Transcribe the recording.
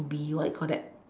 to be what you call that